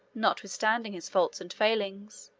notwithstanding his faults and failings.